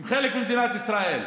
הם חלק ממדינת ישראל.